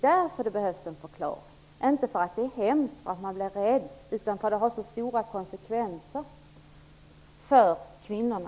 Därför behövs det en förklaring, inte därför att det är hemskt, att man blir rädd utan just därför att den har så vida konsekvenser för kvinnorna.